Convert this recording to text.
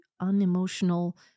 unemotional